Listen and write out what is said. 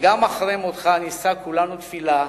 וגם אחרי מותך נישא כולנו תפילה